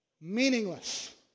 meaningless